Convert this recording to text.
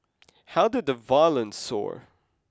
how did the violence soar